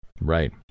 Right